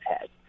head